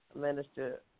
Minister